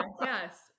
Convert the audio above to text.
yes